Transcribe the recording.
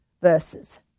verses